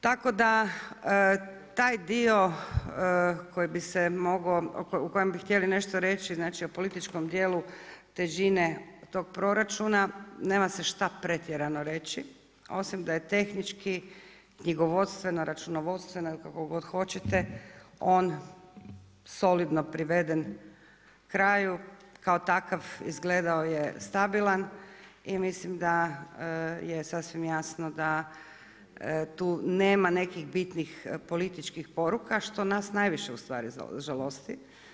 Tako da taj dio o kojem bi htjeli nešto reći, znači o političkom djelu težine tog proračuna, nema se šta pretjerano reći, osim da je tehnički, knjigovodstveno, računovodstveno ili kako god hoćete, on solidno priveden kraju kao takav izgledao je stabilan i mislim da je sasvim jasno da tu nema nekih bitnih političkih poruka što nas najviše ustvari žalosti.